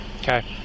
Okay